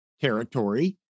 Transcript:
territory